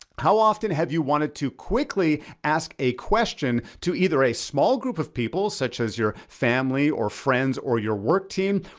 how often have you wanted to quickly ask a question to either a small group of people, such as your family, or friends, or your work team,